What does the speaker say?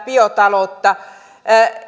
biotaloutta